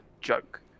joke